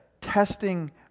testing